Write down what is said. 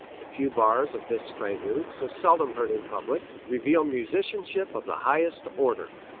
the few bars of this prelude, so seldom heard in public, reveal musicianship of the highest order.